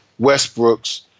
Westbrooks